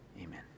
amen